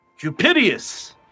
Cupidius